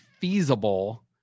feasible